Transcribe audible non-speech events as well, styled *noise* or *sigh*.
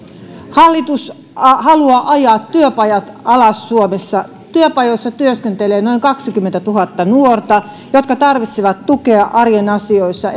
hallitus haluaa ajaa työpajat alas suomessa työpajoissa työskentelee noin kaksikymmentätuhatta nuorta jotka tarvitsevat tukea arjen asioissa *unintelligible*